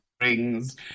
rings